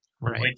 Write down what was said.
Right